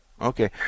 Okay